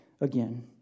again